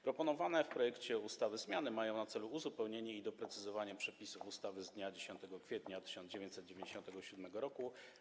Proponowane w projekcie ustawy zmiany mają na celu uzupełnienie i doprecyzowanie przepisów ustawy z dnia 10 kwietnia 1997 r.